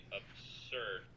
absurd